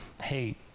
Hey